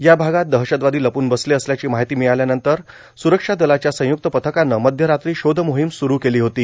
या भागात दहशतवार्दो लपून बसले असल्याची मार्ाहती ममळाल्यानंतर सुरक्षा दलांच्या संयुक्त पथकानं मध्यरात्री शोधमोहम सुरु केलो होती